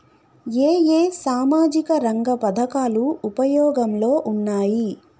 ఏ ఏ సామాజిక రంగ పథకాలు ఉపయోగంలో ఉన్నాయి?